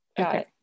Okay